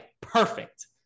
perfect